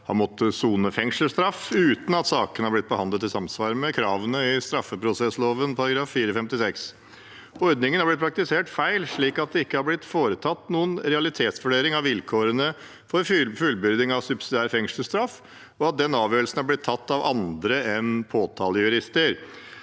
har måttet sone fengselsstraff uten at sakene har blitt behandlet i samsvar med kravene i straffeprosessloven § 456. Ordningen har blitt praktisert feil, slik at det ikke har blitt foretatt noen realitetsvurdering av vilkårene for fullbyrding av subsidiær fengselsstraff, og den avgjørelsen er blitt tatt av andre enn påtalejurister.